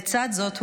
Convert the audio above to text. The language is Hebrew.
לצד זאת,